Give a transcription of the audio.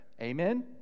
amen